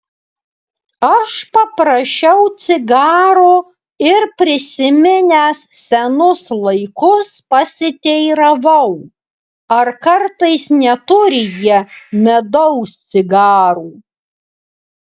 aš paprašiau cigaro ir prisiminęs senus laikus pasiteiravau ar kartais neturi jie medaus cigarų